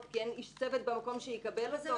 כי אין איש צוות במקום שיקבל אותו.